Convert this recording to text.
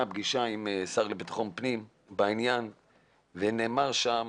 פגישה בעניין עם השר לביטחון פנים ונאמר שם